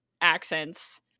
accents